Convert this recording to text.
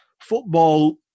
football